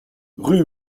rue